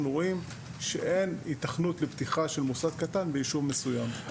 רואים שאין היתכנות לפתיחה של מוסד קטן ביישוב מסוים.